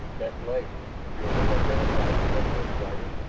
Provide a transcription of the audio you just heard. deklay jil-lee identified the reckless rider,